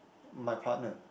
my partner